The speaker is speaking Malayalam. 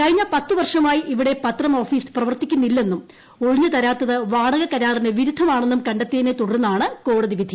കഴിഞ്ഞ പത്ത് വർഷമായി ഇവിടെ പത്രം ഓഫീസ് പ്രവർത്തിക്കുന്നില്ലെന്നും ഒഴിഞ്ഞ് തരാത്തത് വാടക കരാറിന് വിരുദ്ധമാണ്ണെന്നും ക ത്തിയതിനെ തുടർന്നാണ് കോടതി വിധി